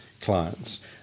clients